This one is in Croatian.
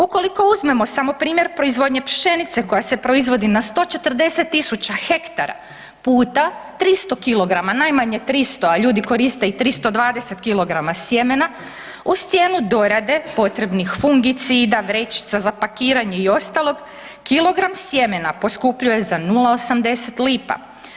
Ukoliko uzmemo samo primjer proizvodnje pšenice koja se proizvodi na 140.000 hektara puta 300kg, najmanje 300, a ljudi koriste i 320kg sjemena uz cijenu dorade, potrebnih fungicida, vrećica za pakiranje i ostalog kilogram sjemena poskupljuje za 0,80 lipa.